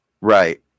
Right